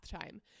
time